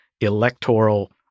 electoral